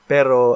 Pero